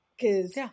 Cause